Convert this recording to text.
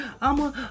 I'ma